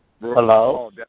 hello